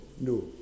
no